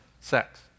sex